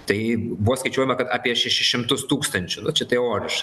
tai buvo skaičiuojama kad apie šešis šimtus tūkstančių nu čia teoriš